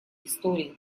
истории